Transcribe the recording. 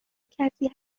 کسی